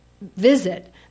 visit